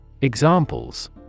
Examples